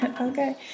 Okay